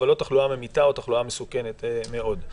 אבל לא תחלואה ממיתה או תחלואה מסוכנת מאוד,